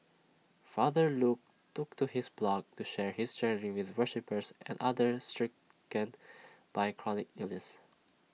father Luke took to his blog to share his journey with worshippers and others stricken by chronic illnesses